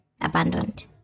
abandoned